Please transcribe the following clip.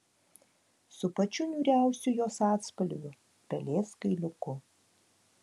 su pačiu niūriausiu jos atspalviu pelės kailiuku